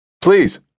Please